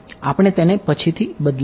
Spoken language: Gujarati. આપણે તેને પછીથી બદલીશું